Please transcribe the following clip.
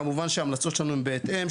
כמובן שהמלצות שלנו הן בהתאם.